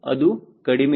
ಏನಿದು W0